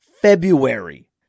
February